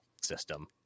system